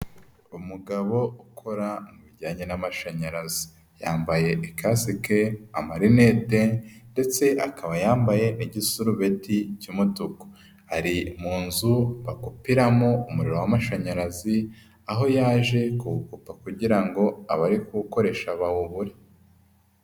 Umugabo ukora mu bijyanye n'amashanyarazi, yambaye ikasike, amarinete ndetse akaba yambaye igisurubeti cy'umutuku, ari mu nzu bakopiramo umuriro w'amashanyarazi, aho yaje kuwukupa kugira ngo abari kuwukoresha bawubure.